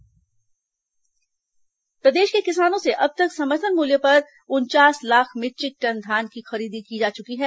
धान खरीदी प्रदेश के किसानों से अब तक समर्थन मूल्य पर उनचास लाख मीट्रिक टन धान की खरीदी की जा चुकी है